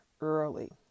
early